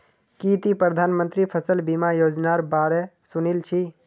की ती प्रधानमंत्री फसल बीमा योजनार बा र सुनील छि